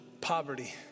poverty